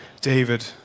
David